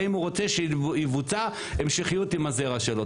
האם הוא רוצה שיבוצע המשכיות עם הזרע שלו.